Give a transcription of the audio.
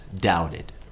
doubted